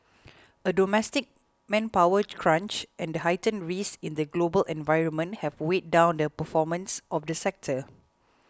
a domestic manpower crunch and heightened risks in the global environment have weighed down the performance of the sector